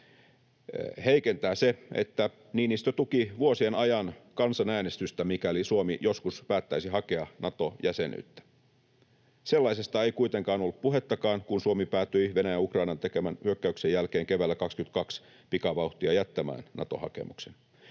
heikentää se, että Niinistö tuki vuosien ajan kansanäänestystä, mikäli Suomi joskus päättäisi hakea Nato-jäsenyyttä. Sellaisesta ei kuitenkaan ollut puhettakaan, kun Suomi päätyi Venäjän Ukrainaan tekemän hyökkäyksen jälkeen keväällä 22 pikavauhtia jättämään Nato-hakemuksen.